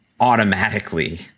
automatically